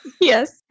Yes